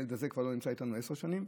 הילד הזה כבר לא נמצא איתנו עשר שנים,